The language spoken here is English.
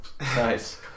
Nice